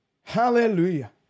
Hallelujah